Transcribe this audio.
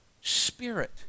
spirit